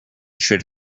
should